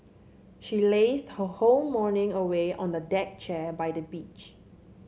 she lazed her whole morning away on a deck chair by the beach